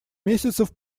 месяцев